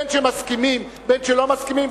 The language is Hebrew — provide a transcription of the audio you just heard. בין שמסכימים בין שלא מסכימים,